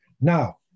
now